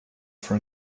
for